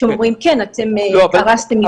שהם אומרים: כן, הרסתם מבנה שווה כך וכך.